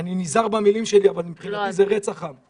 נזהר במילים שלי אבל מבחינתי זה רצח עם.